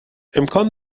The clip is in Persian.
امکان